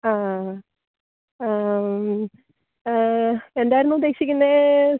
അ അ അ എന്തായിരുന്നു ഉദ്ദേശിക്കുന്നത്